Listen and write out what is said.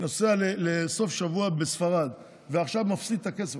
נוסע לסוף שבוע בספרד ועכשיו מפסיד את הכסף,